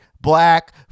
black